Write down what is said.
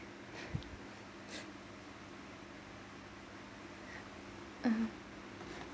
uh